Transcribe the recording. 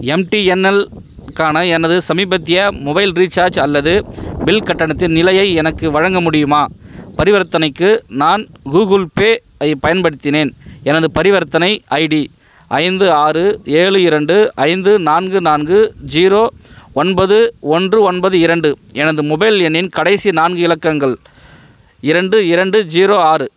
எம்டிஎன்எல்க்கான எனது சமீபத்திய mobile recharge அல்லது பில் கட்டணத்தின் நிலையை எனக்கு வழங்க முடியுமா பரிவர்த்தனைக்கு நான் கூகுள் பேவைப் பயன்படுத்தினேன் எனது பரிவர்த்தனை ஐடி ஐந்து ஆறு ஏழு இரண்டு ஐந்து நான்கு நான்கு ஜீரோ ஒன்பது ஒன்று ஒன்பது இரண்டு எனது மொபைல் எண்ணின் கடைசி நான்கு இலக்கங்கள் இரண்டு இரண்டு ஜீரோ ஆறு